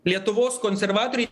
lietuvos konservatoriai